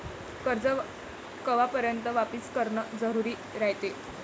कर्ज कवापर्यंत वापिस करन जरुरी रायते?